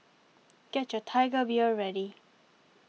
get your Tiger Beer ready